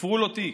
תפרו לו תיק,